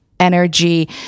energy